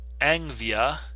Angvia